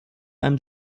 einem